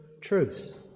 truth